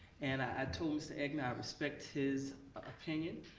and i told mr. egnor i respect his opinion.